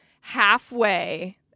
halfway